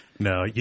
No